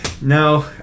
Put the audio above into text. no